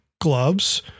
gloves